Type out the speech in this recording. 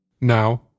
Now